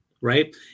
right